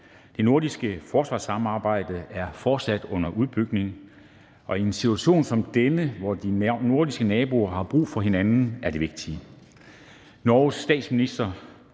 Det nordiske forsvarssamarbejde er fortsat under udbygning, og i en situation som denne, hvor de nordiske naboer har brug for hinanden, er det vigtigt. Norges statsminister,